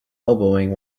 elbowing